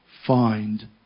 Find